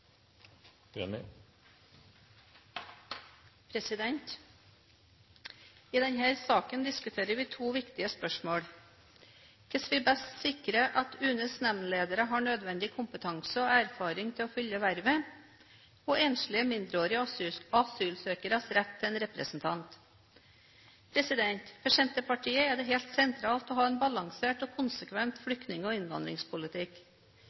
I denne saken diskuterer vi to viktige spørsmål: hvordan vi best sikrer at UNEs nemndledere har nødvendig kompetanse og erfaring til å fylle vervet, og enslige, mindreårige asylsøkeres rett til representant. For Senterpartiet er det helt sentralt å ha en balansert og konsekvent